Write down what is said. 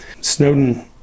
Snowden